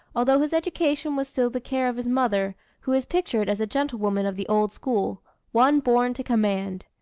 although his education was still the care of his mother, who is pictured as a gentlewoman of the old school one born to command.